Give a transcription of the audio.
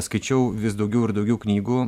skaičiau vis daugiau ir daugiau knygų